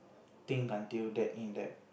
think until that in depth